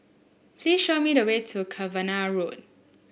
please show me the way to Cavenagh Road